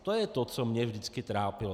To je to, co mě vždycky trápilo.